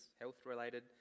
health-related